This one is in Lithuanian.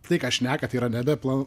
tai ką šnekat tai yra nebe plan